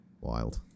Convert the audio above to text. Wild